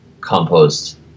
compost